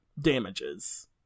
damages